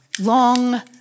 Long